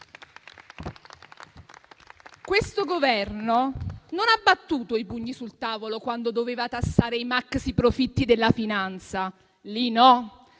Questo Governo non ha battuto i pugni sul tavolo quando doveva tassare i maxiprofitti della finanza: lì no,